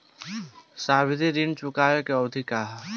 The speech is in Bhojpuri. सावधि ऋण चुकावे के अवधि का ह?